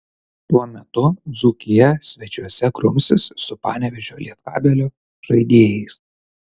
tuo metu dzūkija svečiuose grumsis su panevėžio lietkabelio žaidėjais